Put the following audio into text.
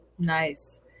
Nice